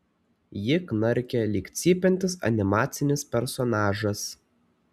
ji knarkė lyg cypiantis animacinis personažas